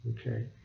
Okay